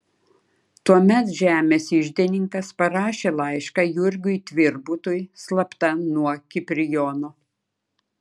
tuomet žemės iždininkas parašė laišką jurgiui tvirbutui slapta nuo kiprijono